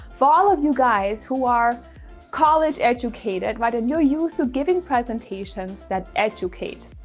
for all of you guys who are college educated, right? a no use to giving presentations that educate,